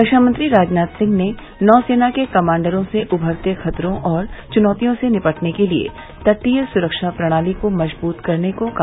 रक्षामंत्री राजनाथ सिंह ने नौसेना के कमांडरों से उभरते खतरों और चुनौतियों से निपटने के लिए तटीय सुरक्षा प्रणाली को मजबूत करने को कहा